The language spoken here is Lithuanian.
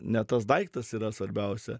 ne tas daiktas yra svarbiausia